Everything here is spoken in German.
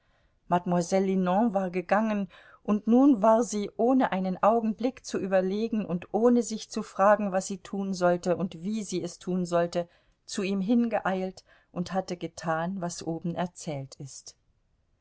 war gegangen und nun war sie ohne einen augenblick zu überlegen und ohne sich zu fragen was sie tun sollte und wie sie es tun sollte zu ihm hingeeilt und hatte getan was oben erzählt ist